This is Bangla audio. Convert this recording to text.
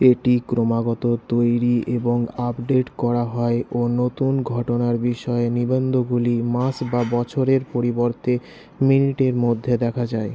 এটি ক্রমাগত তৈরি এবং আপডেট করা হয় ও নতুন ঘটনার বিষয়ে নিবন্ধগুলি মাস বা বছরের পরিবর্তে মিনিটের মধ্যে দেখা যায়